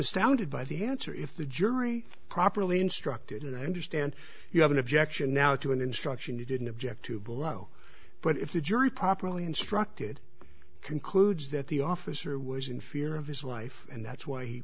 astounded by the answer if the jury properly instructed and i understand you have an objection now to an instruction you didn't object to blow but if the jury properly instructed concludes that the officer was in fear of his life and that's why